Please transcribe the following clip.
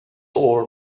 all